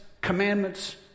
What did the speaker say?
commandments